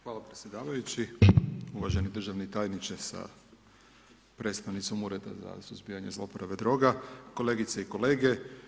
Hvala predsjedavajući, uvaženi državni tajniče, sa predstavnikom Ureda za suzbijanje zlouporabe droga, kolegice i kolege.